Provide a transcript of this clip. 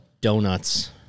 donuts